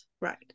right